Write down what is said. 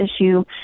issue